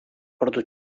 portu